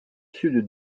sud